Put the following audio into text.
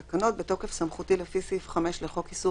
בתוקף סמכותי לפי סעיף 5 לחוק איסור